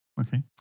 Okay